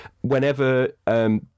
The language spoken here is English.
whenever